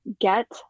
get